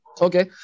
Okay